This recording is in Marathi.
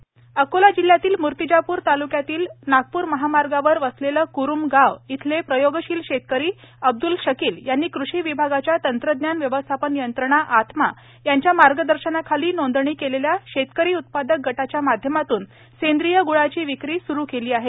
सेंद्रिय ग़ळ अकोला जिल्ह्यातील मूर्तिजापूर तालुक्यामधील नागपूर महामार्गावर वसलेले कुरुम गाव येथील प्रयोगशील शेतकरी अब्दल शकील यांनी कृषी विभागाच्या तंत्रज्ञान व्यवस्थापन यंत्रणा आत्मा यांच्या मार्गदर्शनाखाली नोंदणी केलेल्या शेतकरी उत्पादक गटाच्या माध्यमातून सेंद्रिय गुळाची विक्री स्रू केली आहे